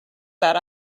that